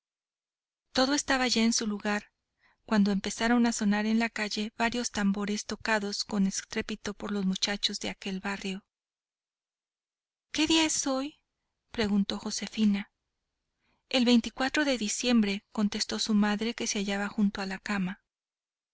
todo estaba ya en su lugar cuando empezaron a sonar en la calle varios tambores tocados con estrépito por los muchachos de aquel barrio qué día es hoy preguntó josefina el de diciembre contestó su madre que se hallaba junto a la cama